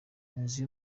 inzu